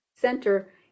Center